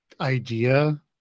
idea